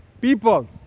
people